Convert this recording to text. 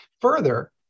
Further